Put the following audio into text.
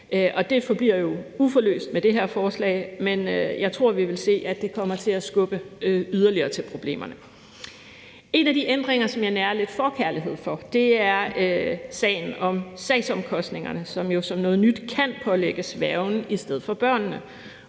Det forbliver jo uforløst med det her forslag, men jeg tror, vi vil se, at det kommer til at skubbe yderligere til problemerne. En af de ændringer, som jeg nærer lidt forkærlighed for, er sagen om sagsomkostningerne, som jo som noget nyt kan pålægges værgen i stedet for børnene.